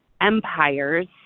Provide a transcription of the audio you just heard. empires